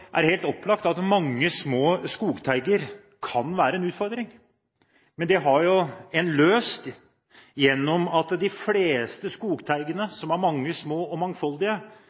det helt opplagt at mange små skogteiger kan være en utfordring. Men det har en løst ved at de fleste skogteigene, som er mange, små og mangfoldige,